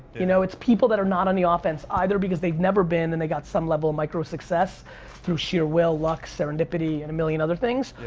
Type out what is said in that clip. you know, it's people that are not on the offense, either because they've never been and they got some level of micro success through sheer will, luck, serendipity, and a million other things,